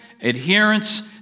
adherence